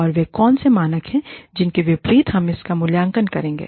और वे कौन से मानक हैं जिनके विपरीत हम इसका मूल्यांकन करेंगे